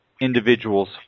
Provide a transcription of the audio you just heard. individuals